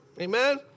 Amen